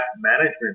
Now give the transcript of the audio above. management